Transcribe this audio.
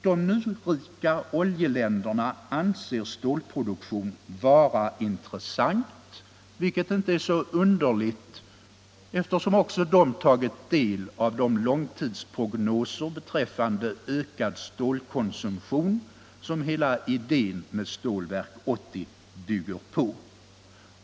De nyrika oljeländerna anser stålproduktion intressant, vilket inte är så underligt, eftersom också de tagit del av de långtidsprognoser beträffande ökad stålkonsumtion som hela idén med Stålverk 80 bygger på.